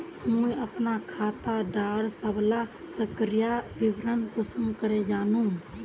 मुई अपना खाता डार सबला सक्रिय विवरण कुंसम करे जानुम?